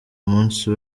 munsi